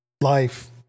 life